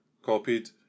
Copied